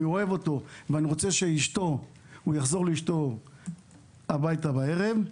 אוהב אותו ואני רוצה שהוא יחזור לאשתו הביתה בערב,